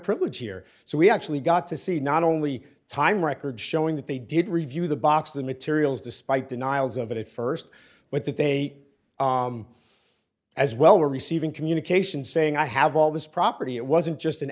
privilege here so we actually got to see not only time records showing that they did review the box of materials despite denials of it at first but that they as well are receiving communications saying i have all this property it wasn't just an